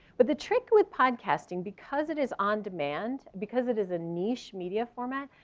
but the trick with podcasting, because it is on-demand, because it is a niche media format,